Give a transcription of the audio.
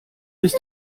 ist